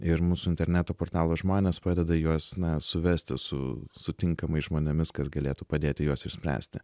ir mūsų interneto portalo žmonės padeda juos na suvesti su su tinkamais žmonėmis kas galėtų padėti juos išspręsti